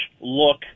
look